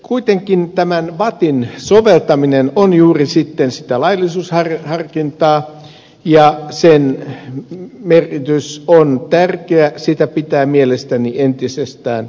kuitenkin tämän vatin soveltaminen on juuri sitten sitä laillisuusharkintaa ja sen merkitys on tärkeä sitä pitää mielestäni entisestään vahvistaa